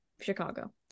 Chicago